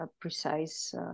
precise